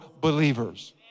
believers